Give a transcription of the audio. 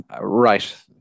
right